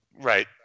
Right